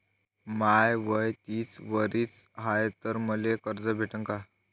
माय वय तीस वरीस हाय तर मले कर्ज भेटन का?